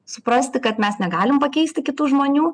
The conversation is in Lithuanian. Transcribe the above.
suprasti kad mes negalim pakeisti kitų žmonių